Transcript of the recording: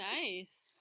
nice